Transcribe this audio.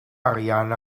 arian